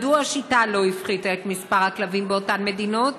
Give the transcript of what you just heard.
3. מדוע השיטה לא הפחיתה את מספר הכלבים באותן מדינות?